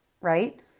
right